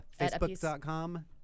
facebook.com